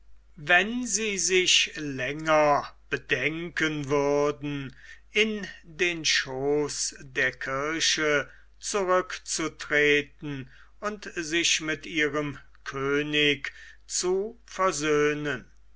wenn sie sich länger bedenken würden in den schooß der kirche zurückzutreten und sich mit ihrem könig zu versöhnen